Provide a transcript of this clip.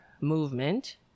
movement